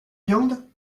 viande